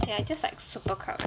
and it's just like super crowded